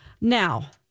Now